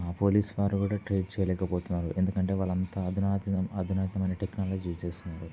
police వారు కూడా treat చేయలేకపోతున్నారు ఎందుకంటే వాళ్ళంత అదునాతం అధునాతనమైన టెక్నాలజీ యూస్ చేస్తున్నారు